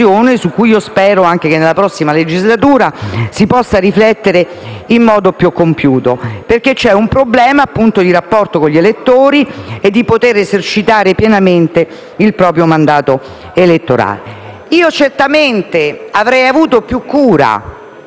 su cui spero che nella prossima legislatura si possa riflettere in modo più compiuto. C'è infatti un problema di rapporto con gli elettori e della possibilità di esercitare pienamente il proprio mandato elettorale. Certamente avrei avuto più cura,